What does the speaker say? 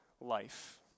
life